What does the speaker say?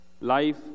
life